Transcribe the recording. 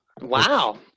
wow